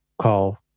call